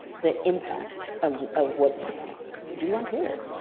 the impact of of what you do on twitter.